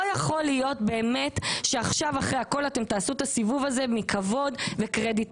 לא יכול להיות שעכשיו אחרי הכול אתם תעשו את הסיבוב הזה מכבוד וקרדיטים.